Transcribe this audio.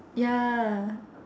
ya